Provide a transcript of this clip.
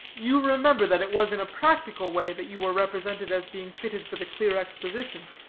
you remember that it was in a practical way that you were represented as being fitted for the clear exposition.